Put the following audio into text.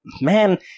man